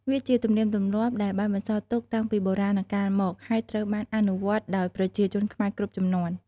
វាជាទំនៀមទម្លាប់ដែលបានបន្សល់ទុកតាំងពីបុរាណកាលមក ហើយត្រូវបានអនុវត្តដោយប្រជាជនខ្មែរគ្រប់ជំនាន់។